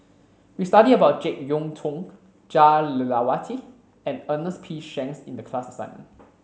we studied about Jek Yeun Thong Jah Lelawati and Ernest P Shanks in the class assignment